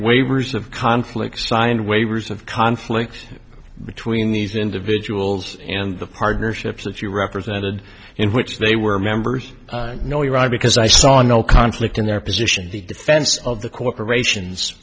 waivers of conflicts signed waivers of conflicts between these individuals and the partnerships that you represented in which they were members no you're right because i saw no conflict in their position the defense of the corporations